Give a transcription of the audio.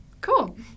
Cool